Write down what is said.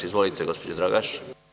Izvolite, gospođo Dragaš.